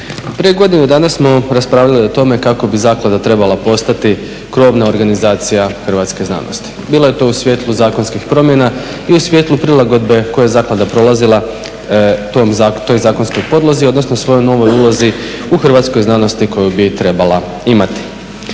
Prije godinu dana smo raspravljali o tome kako bi zaklada trebala postati krovna organizacija hrvatske znanosti. Bila je to u svjetlu zakonskih promjena i u svjetlu prilagodbe koje je zaklada prolazila toj zakonskoj podlozi odnosno svojoj novoj ulozi u hrvatskoj znanosti koju bi trebala imati.